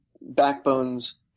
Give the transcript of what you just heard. backbones